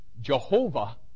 Jehovah